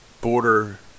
border